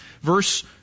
Verse